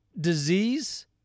disease